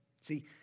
See